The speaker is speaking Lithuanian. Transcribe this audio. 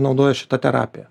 naudoja šitą terapiją